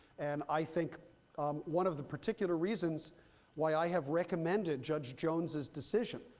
and i think one of the particular reasons why i have recommended judge jones's decision,